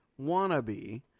wannabe